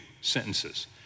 sentences